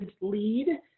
lead